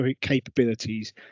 capabilities